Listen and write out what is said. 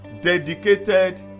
dedicated